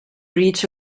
reach